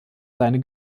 seine